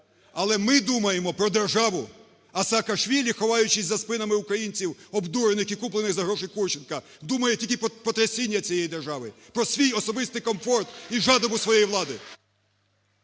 але ми думаємо про державу. А Саакашвілі, ховаючись за спинами українців, обдурених і куплених за гроші Курченка, думають тільки про потрясіння цієї держави, про свій особистий комфорт і жадобу своєї влади.